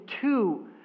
two